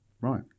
right